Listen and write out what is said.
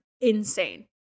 insane